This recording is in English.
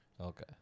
Okay